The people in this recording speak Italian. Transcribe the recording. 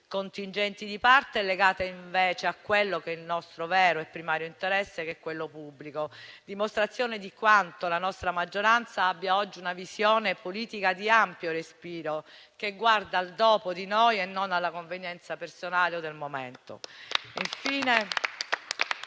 contingenti di parte e legata invece al nostro vero e primario interesse, quello pubblico, è la dimostrazione di quanto la nostra maggioranza abbia oggi una visione politica di ampio respiro, che guarda al dopo di noi e non alla convenienza personale o del momento.